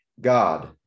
God